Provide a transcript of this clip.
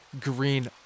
green